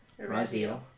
Raziel